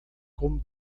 como